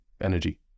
energy